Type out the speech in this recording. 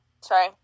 Sorry